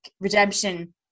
Redemption